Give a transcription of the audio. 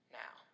now